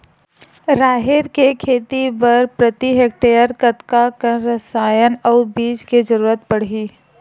राहेर के खेती बर प्रति हेक्टेयर कतका कन रसायन अउ बीज के जरूरत पड़ही?